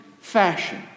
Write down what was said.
fashion